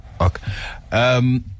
Okay